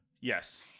Yes